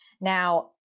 Now